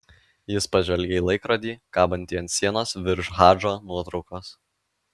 jis pažvelgė į laikrodį kabantį ant sienos virš hadžo nuotraukos